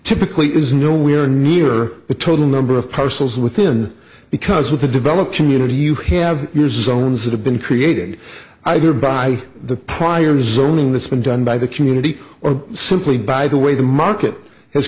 typically is nowhere near the total number of persons within because with the developer community you have your zones that have been created either by the prior to zoning that's been done by the community or simply by the way the market has